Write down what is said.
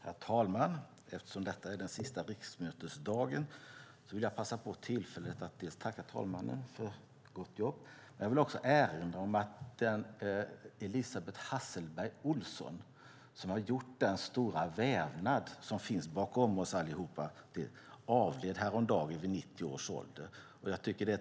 Herr talman! Eftersom detta är den sista riksmötesdagen vill jag passa på tillfället att tacka talmannen för gott jobb. Jag vill också erinra om att Elisabet Hasselberg Olsson, som har gjort den stora vävnad som finns här bakom oss, avled häromdagen vid 90 års ålder.